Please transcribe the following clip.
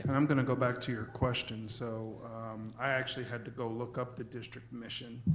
and i'm gonna go back to your question. so i actually had to go look up the district mission.